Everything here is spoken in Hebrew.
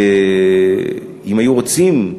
ואם היו רוצים,